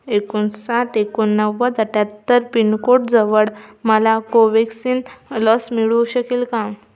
एकोणसाठ एकोणनव्वद अठ्याहत्तर पिनकोड जवळ मला कोवेक्सिन लस मिळू शकेल का